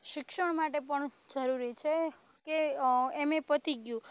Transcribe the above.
શિક્ષણ માટે પણ જરૂરી છે કે એમ એ પતી ગયું